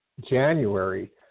January